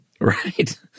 Right